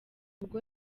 ubwo